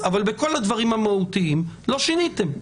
אבל את כל הדברים המהותיים לא שיניתם.